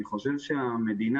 אני חושב שהמדינה,